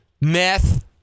meth